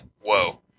whoa